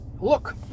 look